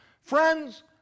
Friends